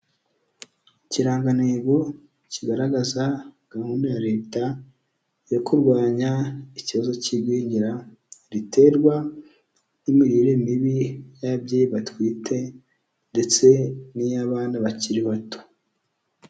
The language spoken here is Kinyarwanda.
Ikirangantego kigaragaza gahunda ya leta yo kurwanya ikibazo cy'igwingira riterwa n'imirire mibi y'ababyeyi batwite ndetse n'iy'abana bakiri bato.